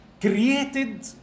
created